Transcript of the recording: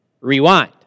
Rewind